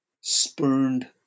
spurned